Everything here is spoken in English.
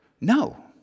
No